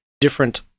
different